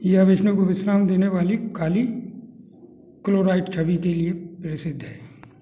यह विष्णु को विश्राम देने वाली काली क्लोराइट छवि के लिए प्रसिद्ध है